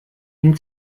ihnen